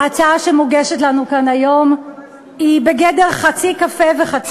ההצעה שמוגשת לנו כאן היום היא בגדר חצי קפה וחצי תה.